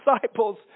disciples